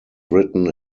written